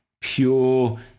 pure